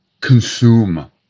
consume